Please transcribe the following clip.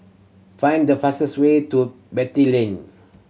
find the fastest way to Beatty Lane